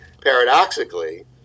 Paradoxically